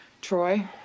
Troy